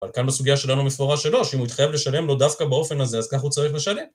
אבל כאן בסוגיה שלנו מפורש שלוש, אם הוא יתחייב לשלם לו דווקא באופן הזה, אז ככה הוא צריך לשלם.